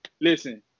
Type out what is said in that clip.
listen